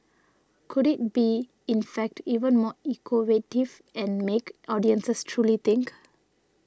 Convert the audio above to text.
could it be in fact even more evocative and make audiences truly think